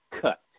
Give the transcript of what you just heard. cut